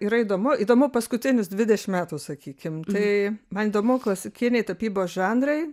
yra įdomu įdomu paskutinius dvidešim metų sakykim tai man įdomu klasikiniai tapybos žanrai